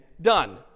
done